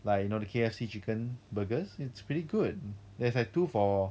like you know the K_F_C chicken burgers it's pretty good there's like two for